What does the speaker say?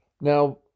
Now